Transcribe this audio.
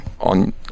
on